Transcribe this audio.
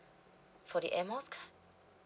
for the air miles card